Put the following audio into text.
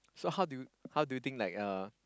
so how do you how do you think like uh